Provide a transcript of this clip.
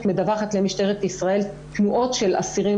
מדווחת למשטרת ישראל תנועות של אסירים,